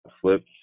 flips